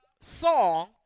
song